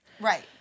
Right